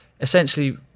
essentially